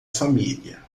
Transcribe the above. família